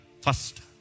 first